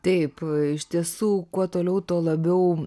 taip iš tiesų kuo toliau tuo labiau